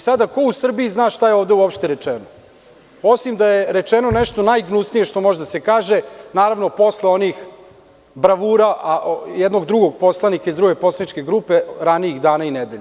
Sada, ko u Srbiji zna šta je ovde uopšte rečeno, osim da je rečeno nešto najgnusnije što može da se kaže, naravno, posle onih bravura jednog drugog poslanika iz druge poslaničke grupe ranijih dana i nedelja.